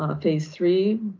ah phase three,